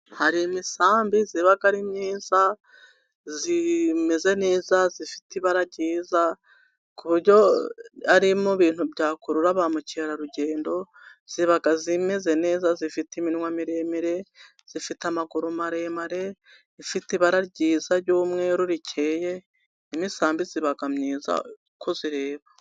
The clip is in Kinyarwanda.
Hari imisambi iba ari myiza imeze neza, ifite ibara ryiza ku buryo iri mu bintu byakurura ba mukerarugendo, iba imeze neza, ifite iminwa miremire, ifite amaguru maremare, ifite ibara ryiza ry'umweru rikeye, imisambi iba myiza kuyireba.